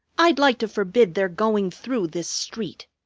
i'd like to forbid their going through this street.